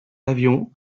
avions